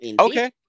Okay